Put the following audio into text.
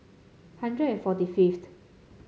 hundred and forty fifth